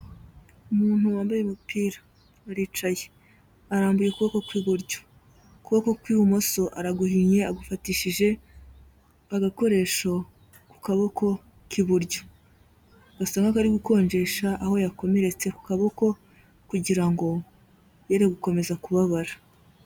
Umuntu wambaye umupira aricaye, arambuye ukuboko kw'iburyo, ukuboko kw'ibumoso araguhinye agufatishije agakoresho ku kaboko k'iburyo, gasa nk'akari gukonjesha aho yakomeretse ku kaboko kugira ngo yere gukomeza kubabara.